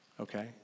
Okay